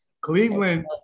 Cleveland